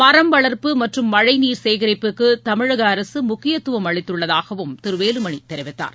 மரம் வளர்ப்பு மற்றும் மழைநீர் சேகிப்புக்கு தமிழக அரசு முக்கியத்துவம் அளித்துள்ளதாகவும் திரு வேலுமணி தெரிவித்தார்